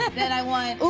then i want, ah ooh,